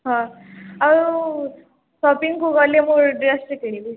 ହଁ ଆଉ ସପିଙ୍ଗ୍କୁ ଗଲେ ମୁଁ ଡ୍ରେସ୍ଟେ କିଣିବି